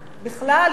בכלל,